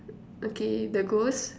okay the ghost